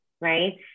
right